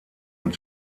und